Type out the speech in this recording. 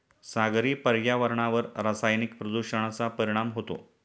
सागरी पर्यावरणावर रासायनिक प्रदूषणाचा परिणाम होतो